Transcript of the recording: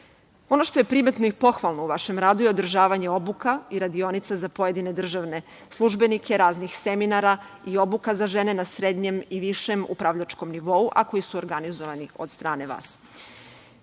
što je primetno i pohvalno u vašem radu je održavanje obuka i radionica za pojedine državne službenike, raznih seminara i obuka za žene na srednjem i višem upravljačkom nivou, a koji su organizovani od strane